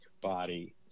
body